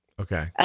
Okay